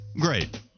Great